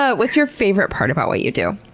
ah what's your favorite part about what you do?